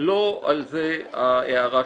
לא על זה הערה שלי.